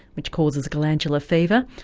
which causes glandular fever,